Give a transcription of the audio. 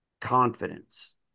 confidence